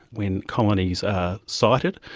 when colonies are sighted,